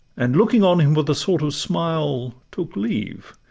and looking on him with a sort of smile, took leave,